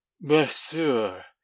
Monsieur